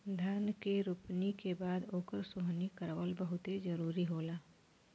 धान के रोपनी के बाद ओकर सोहनी करावल बहुते जरुरी होला